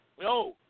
No